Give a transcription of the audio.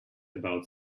about